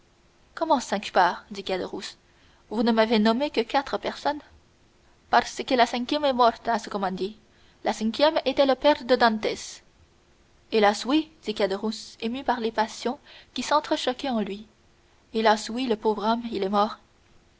comment cinq parts dit caderousse vous ne m'avez nommé que quatre personnes parce que la cinquième est morte à ce qu'on m'a dit la cinquième était le père de dantès hélas oui dit caderousse ému par les passions qui s'entrechoquaient en lui hélas oui le pauvre homme il est mort